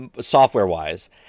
software-wise